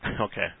Okay